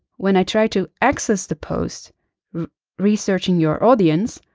when i try to access the post researching your audience,